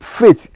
faith